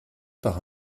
par